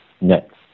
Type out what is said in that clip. next